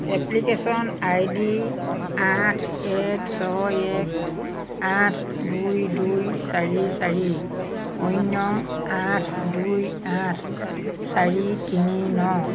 application ID আঠ এক ছয় এক আঠ দুই দুই চাৰি চাৰি শূন্য আঠ দুই আঠ চাৰি তিনি ন